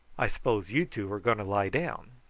i s'pose you two are going to lie down.